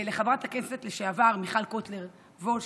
אני כן רוצה להודות לחברת הכנסת לשעבר מיכל קוטלר וונש.